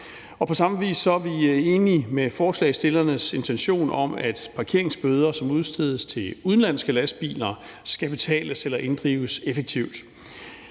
På samme vis er vi enige i forslagsstillernes intention om, at parkeringsbøder, som udstedes til udenlandske lastbiler, skal betales eller inddrives effektivt.